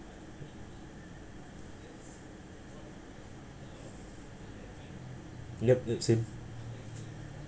yup the same